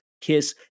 kiss